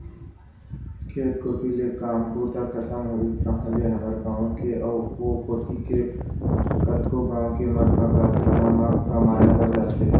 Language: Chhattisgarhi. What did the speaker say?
खेत कोती ले काम बूता खतम होइस ताहले हमर गाँव के अउ ओ कोती के कतको गाँव के मन ह कारखाना म कमाए बर जाथे